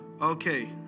Okay